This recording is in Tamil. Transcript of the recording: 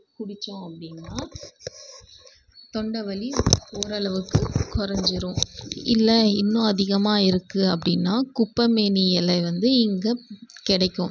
குடித்தோம் அப்படின்னா தொண்டை வலி ஓரளவுக்கு குறஞ்சிரும் இல்லை இன்னும் அதிகமாக இருக்குது அப்படின்னா குப்பைமேனி இலை வந்து இங்கே கிடைக்கும்